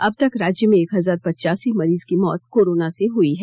अब तक राज्य में एक हजार पचासी मरीज की मौत कोरोना से हुई हैं